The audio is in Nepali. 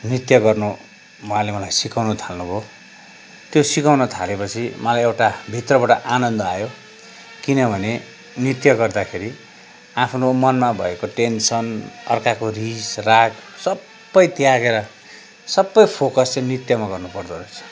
नृत्य गर्नु उहाँले मलाई सिकाउनु थाल्नुभयो त्यो सिकाउन थालेपछि मलाई एउटा भित्रबाट आनन्द आयो किनभने नृत्य गर्दाखेरि आफ्नो मनमा भएको टेन्सन अर्काको रिसराग सबै त्यागेर सबै फोकस चाहिँ नृत्यमा गर्नु पर्दोरहेछ